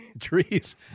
trees